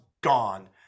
gone